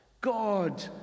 God